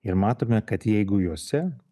ir matome kad jeigu jose